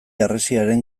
harresiaren